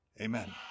amen